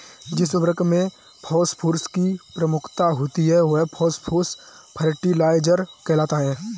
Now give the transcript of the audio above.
जिस उर्वरक में फॉस्फोरस की प्रमुखता होती है, वह फॉस्फेट फर्टिलाइजर कहलाता है